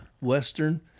western